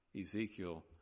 Ezekiel